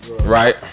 Right